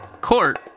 court